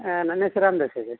ಹಾಂ ನನ್ನೆಸ್ರು ರಾಮ್ದಾಸ್ ಸರ